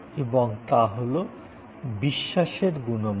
এবং তা হল বিশ্বাসের গুণমান